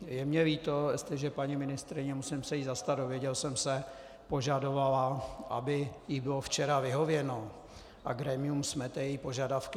Je mi líto, jestliže paní ministryně musím se jí zastat, dozvěděl jsem se požadovala, aby jí bylo včera vyhověno, a grémium smete její požadavky.